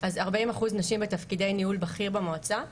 אז 40% נשים בתפקידי ניהול בכיר במועצה,